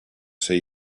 see